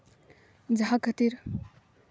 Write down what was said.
ᱡᱟᱦᱟᱸ ᱠᱷᱟᱹᱛᱤᱨ